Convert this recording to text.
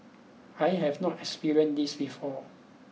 I have not experienced this before